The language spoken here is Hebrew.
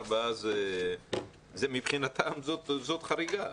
מבחינתם זו חריגה.